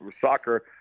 soccer